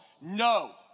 no